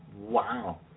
Wow